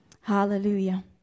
Hallelujah